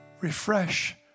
Refresh